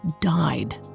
died